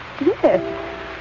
Yes